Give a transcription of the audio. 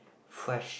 fresh